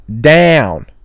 down